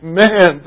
man